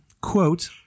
quote